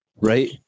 Right